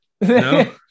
No